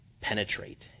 penetrate